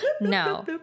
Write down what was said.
no